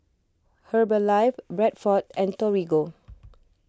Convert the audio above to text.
Herbalife Bradford and Torigo